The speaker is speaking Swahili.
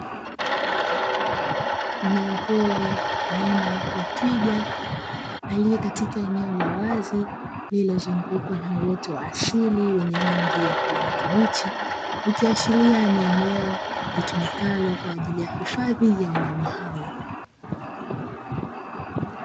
Mnyama pori aina ya twiga aliye katika eneo la wazi, lililozungukwa na uoto wa asili wenye rangi ya kijani kibichi, ikiashiria kuwa ni eneo litumikalo kwa ajili ya hifadhi ya wanyama hao.